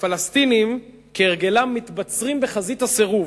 הפלסטינים, כהרגלם, מתבצרים בחזית הסירוב: